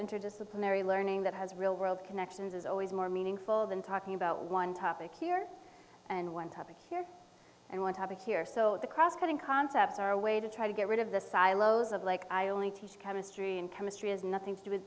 interdisciplinary learning that has real world connections is always more meaningful than talking about one topic here and one topic here and one topic here so the cross cutting concepts are a way to try to get rid of the silos of like i only teach chemistry and chemistry has nothing to do with